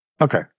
Okay